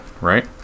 right